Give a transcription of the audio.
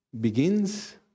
begins